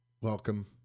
welcome